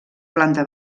planta